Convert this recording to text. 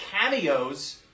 cameos